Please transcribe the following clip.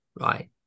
right